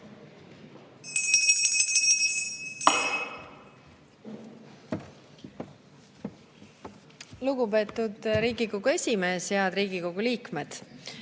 Lugupeetud Riigikogu esimees! Head Riigikogu liikmed!